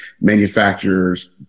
manufacturers